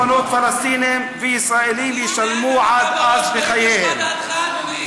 פלסטינים וישראלים ישלמו עד אז בחייהם.